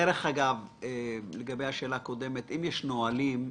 האם יש נהלים,